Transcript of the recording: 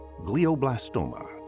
glioblastoma